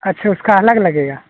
अच्छा उसका अलग लगेगा